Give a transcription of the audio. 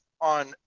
on